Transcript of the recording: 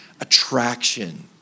attraction